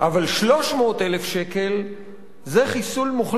אבל 300,000 שקל זה חיסול מוחלט.